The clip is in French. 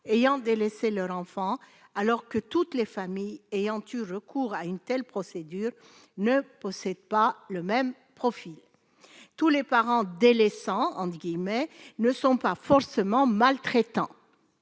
ayant délaissé leur enfant alors que toutes les familles ayant eu recours à une telle procédure ne possède pas le même profil, tous les parents, délaissant endiguée mais ne sont pas forcément maltraitant,